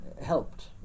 helped